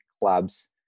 clubs